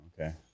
Okay